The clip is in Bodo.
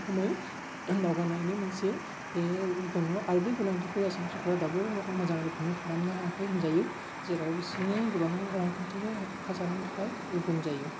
रोखोमै दावगानायनि मोनसे दङ आरो बै गोनांथिखो दासिम सोरखारा दाबो मोजां रोखोमै खालामनो हायाखै होनजायो जेराव बिसोरनि गोबां रांखान्थिजों होब्था जानायनि थाखाय जायो गुबुं जायो